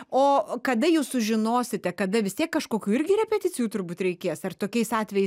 o kada jūs sužinosite kada vis tiek kažkokių irgi repeticijų turbūt reikės ar tokiais atvejais